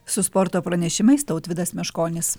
su sporto pranešimais tautvydas meškonis